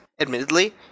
admittedly